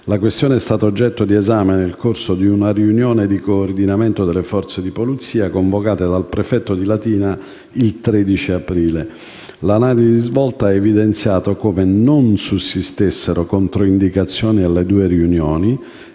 La questione è stata oggetto di esame nel corso di una riunione di coordinamento delle forze di polizia, convocata dal prefetto di Latina il 13 aprile. L'analisi svolta ha evidenziato come non sussistessero controindicazioni alle due riunioni